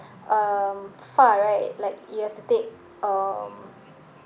um far right like you have to take um